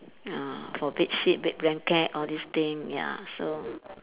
ah for bed sheet bed blanket all these things ya so